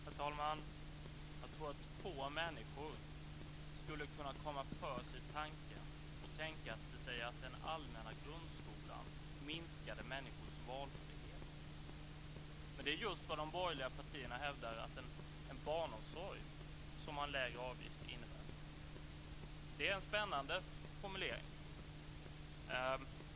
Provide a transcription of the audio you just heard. Herr talman! Jag tror att få människor skulle komma på tanken att den allmänna grundskolan minskar människors valfrihet. Men det är just vad de borgerliga partierna hävdar att en barnomsorg som har en lägre avgift innebär. Det är en spännande formulering.